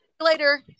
later